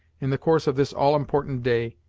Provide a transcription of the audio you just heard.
in the course of this all-important day,